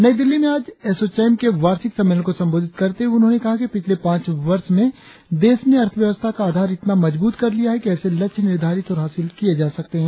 नई दिल्ली में आज एसोचैम के वार्षिक सम्मेलन को संबोधित करते हुए उन्होंने कहा कि पिछले पांच वर्ष में देश ने अर्थव्यवस्था का आधार इतना मजबूत कर लिया है कि ऐसे लक्ष्य निर्धारित और हासिल किये जा सकते हैं